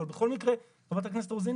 אבל בכל מקרה חברת הכנסת רוזין,